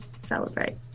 celebrate